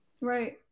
Right